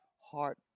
heart